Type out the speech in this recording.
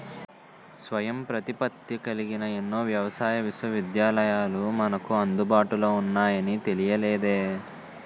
స్వయం ప్రతిపత్తి కలిగిన ఎన్నో వ్యవసాయ విశ్వవిద్యాలయాలు మనకు అందుబాటులో ఉన్నాయని తెలియలేదే